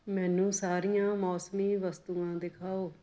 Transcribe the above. ਮੈਨੂੰ ਸਾਰੀਆਂ ਮੌਸਮੀ ਵਸਤੂਆਂ ਦਿਖਾਓ